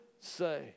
say